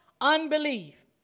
Unbelief